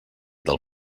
del